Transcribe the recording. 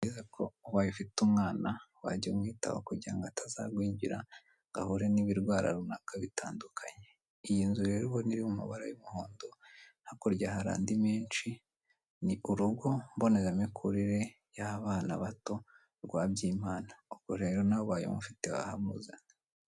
Ni byiza ko ubaye ufite umwana wajya umwitaho kugira ngo atazagwingira ngo ahure n'ibirwara runaka bitandukanye, iyi nzu rero ubona iri mu mabara y'umuhondo hakurya hari andi menshi. Ni urugo mbonezamikurire y'abana bato rwa Byimana ubwo rero nawe ubaye umufite wahamuzanye.